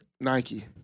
Nike